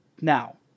Now